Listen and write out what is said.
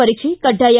ಪರೀಕ್ಷೆ ಕಡ್ಡಾಯ